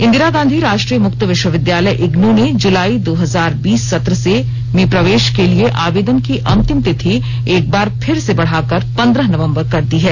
इंदिरा गांधी राष्ट्रीय मुक्त विश्वविद्यालय इग्नू ने जुलाई दो हजार बीस सत्र में प्रवेश के लिए आवेदन की अंतिम तिथि एक बार फिर से बढ़ाकर पन्द्रह नवम्बर कर दी है